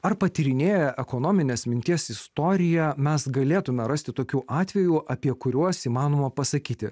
ar patyrinėję ekonominės minties istoriją mes galėtume rasti tokių atvejų apie kuriuos įmanoma pasakyti